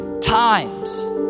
times